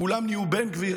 כולם נהיו בן גביר,